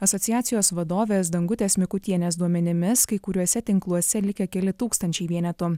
asociacijos vadovės dangutės mikutienės duomenimis kai kuriuose tinkluose likę keli tūkstančiai vienetų